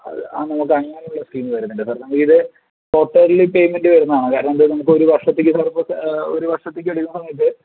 അത് ആ നോക്കാം അങ്ങനെയുള്ള സ്കീം വരുന്നില്ല സാർ നമുക്കിത് ക്വർട്ടേർലി പേയ്മെൻ്റ് വരുന്നതാണ് കാരണം എന്താണെന്നാ നമുക്ക് ഒരു വർഷത്തേക്ക് ഒരു വർഷത്തേക്ക് എടുക്കുന്ന സമയത്തു